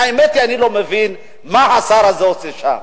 האמת היא, אני לא מבין מה השר הזה עושה שם.